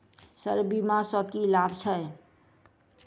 Sir बीमा सँ की लाभ छैय?